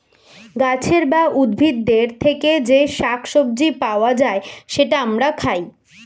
গাছের বা উদ্ভিদের থেকে যে শাক সবজি পাওয়া যায়, সেটা আমরা খাই